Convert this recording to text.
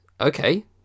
Okay